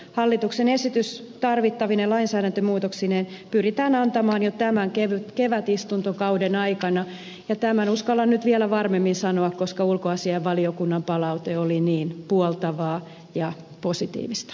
hallituksen esitys tarvittavine lainsäädäntömuutoksineen pyritään antamaan jo tämän kevätistuntokauden aikana ja tämän uskallan nyt vielä varmemmin sanoa koska ulkoasiainvaliokunnan palaute oli niin puoltavaa ja positiivista